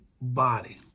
body